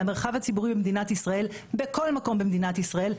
והמרחב הציבורי בכל מקום במדינת ישראל,